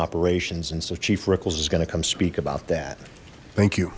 operations and so chief rickles is gonna come speak about that thank you